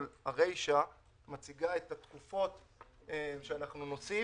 הרישה מציגה את התקופות שאנחנו נוסיף